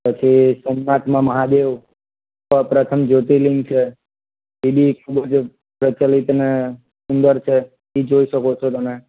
પછી સોમનાથમાં મહાદેવ સૌપ્રથમ જ્યોતિર્લિંગ છે એ બી એક બહુ જ પ્રચલિત અને સુંદર છે એ જોઈ શકો છો તમે